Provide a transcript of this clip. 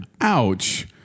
Ouch